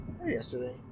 Yesterday